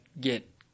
get